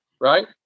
Right